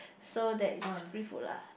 so there is free food lah